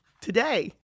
today